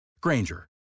Granger